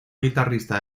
guitarrista